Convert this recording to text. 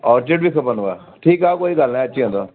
orchid बि खपनव ठीकु आहे कोई ॻाल्हि न आहे अची वेंदव